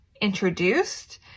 introduced